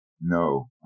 No